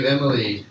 Emily